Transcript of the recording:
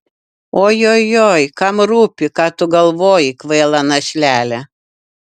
ojojoi kam rūpi ką tu galvoji kvaila našlele